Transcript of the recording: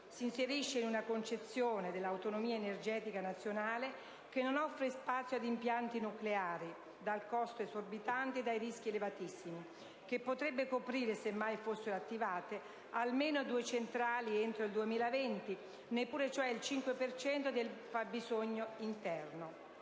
si inserisce in una concezione dell'autonomia energetica nazionale che non offre spazio ad impianti nucleari dal costo esorbitante e dai rischi elevatissimi, che potrebbero coprire, se mai fossero attivate almeno due centrali entro il 2020, neppure il 5 per cento del fabbisogno interno.